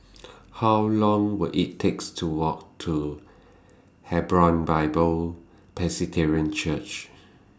How Long Will IT takes to Walk to Hebron Bible Church